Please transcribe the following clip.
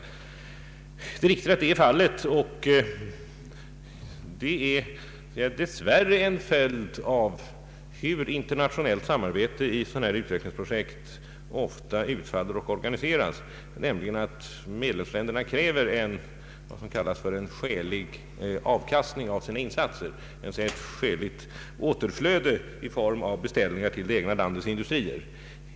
Det är riktigt att så är fallet, och detta är dess värre en följd av det sätt på vilket internationellt samarbete och utvecklingsprojekt av detta slag ofta utfaller och organiseras, i det medlemsländerna kräver vad som kallas en skälig avkastning av sina insatser, d.v.s. ett skäligt återflöde i form av beställningar till det egna landets industrier.